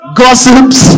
gossips